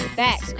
back